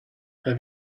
have